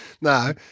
No